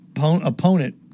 opponent